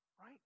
right